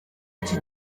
iki